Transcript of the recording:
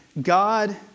God